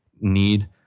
need